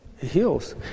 heals